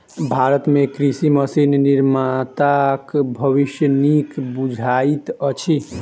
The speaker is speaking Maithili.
भारत मे कृषि मशीन निर्माताक भविष्य नीक बुझाइत अछि